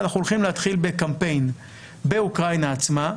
ואנחנו הולכים להתחיל בקמפיין באוקראינה עצמה.